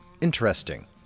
interesting